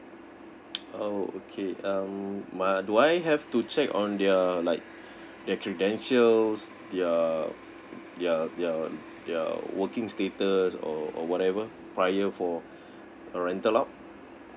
oh okay um my do I have to check on their like their credentials their their their their working status or or whatever prior for a rented out